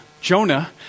Jonah